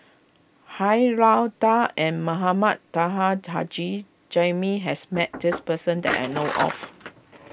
Han Lao Da and Mohamed Taha Haji Jamil has met this person that I know of